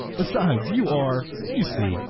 besides, you are, you see.